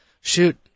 shoot